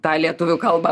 tą lietuvių kalbą